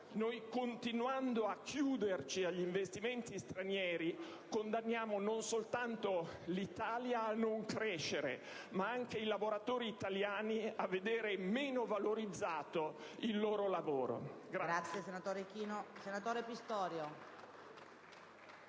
Continuando a chiuderci agli investimenti stranieri condanniamo non soltanto l'Italia a non crescere, ma anche i lavoratori italiani a vedere meno valorizzato il loro lavoro.